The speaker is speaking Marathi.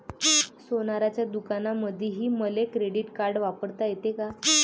सोनाराच्या दुकानामंधीही मले क्रेडिट कार्ड वापरता येते का?